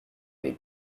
way